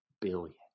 billion